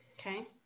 okay